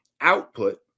output